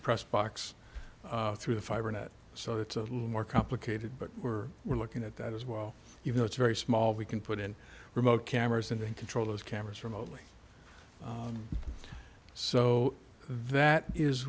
press box through the fiber net so it's a little more complicated but we're we're looking at that as well even though it's very small we can put in remote cameras and control those cameras from only so that is